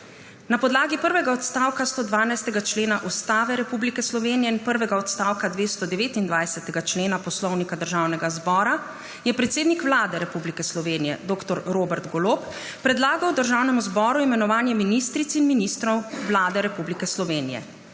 Na podlagi prvega odstavka 112. člena Ustave Republike Slovenije in prvega odstavka 229. člena Poslovnika Državnega zbora je predsednik Vlade Republike Slovenije dr. Robert Golob predlagal Državnemu zboru imenovanje ministric in ministrov Vlade Republike Slovenije.